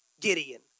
Gideon